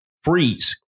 Freeze